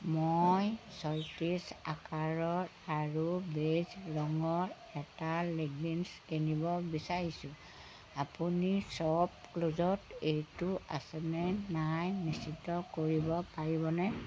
মই ছয়ত্ৰিছ আকাৰৰ আৰু বেইজ ৰঙৰ এটা লেগিংছ কিনিব বিচাৰিছোঁ আপুনি শ্বপক্লুজত এইটো আছেনে নাই নিশ্চিত কৰিব পাৰিবনে